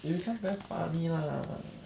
it becomes very funny lah